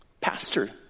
Pastor